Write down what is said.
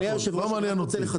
לא מעניין אותי.